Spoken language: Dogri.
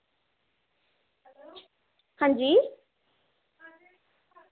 हां जी